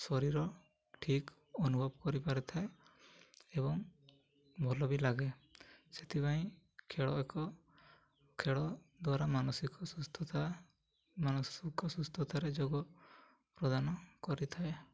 ଶରୀର ଠିକ୍ ଅନୁଭବ କରିପାରିଥାଏ ଏବଂ ଭଲ ବି ଲାଗେ ସେଥିପାଇଁ ଖେଳ ଏକ ଖେଳ ଦ୍ୱାରା ମାନସିକ ସୁସ୍ଥତା ମାନସିକ ସୁସ୍ଥତାରେ ଯୋଗ ପ୍ରଦାନ କରିଥାଏ